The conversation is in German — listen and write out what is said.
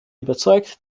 überzeugt